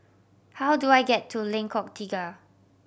how do I get to Lengkok Tiga